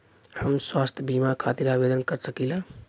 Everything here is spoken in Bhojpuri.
हम स्वास्थ्य बीमा खातिर आवेदन कर सकीला?